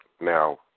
Now